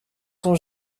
sont